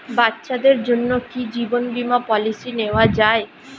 বাচ্চাদের জন্য কি জীবন বীমা পলিসি নেওয়া যায়?